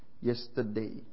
yesterday